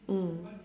mm